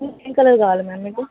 ఏ colour కావాలి ma'am మీకు